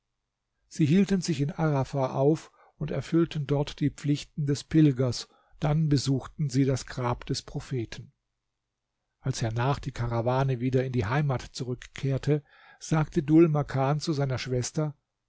sie hielten sich in arafa auf und erfüllten dort die pflichten des pilgers dann besuchten sie das grab des propheten als hernach die karawane wieder in die heimat zurückkehrte sagte dhul makan zu seiner schwester